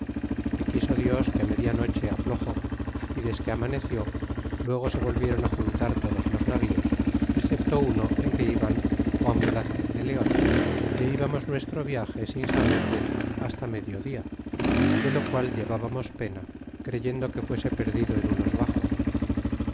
é quiso dios que á media noche afloxó y desque amaneció luego se volvieron juntar todos los navíos excepto uno en que iba juan velazquez de leon íbamos nuestro viage sin saber del hasta medio dia de lo qual llevábamos pena creyendo fuese perdido en unos baxos